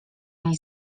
ani